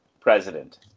president